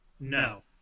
No